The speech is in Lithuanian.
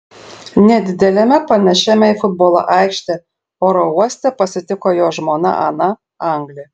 nedideliame panašiame į futbolo aikštę oro uoste pasitiko jo žmona ana anglė